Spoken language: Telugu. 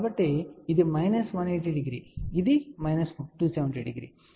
కాబట్టి ఇది మైనస్ 180 ఇది మైనస్ 270